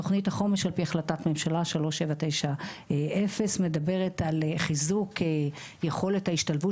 תכנית החומש עפ"י החלטת ממשלה 3790 שמדברת יכולת ההשתלבות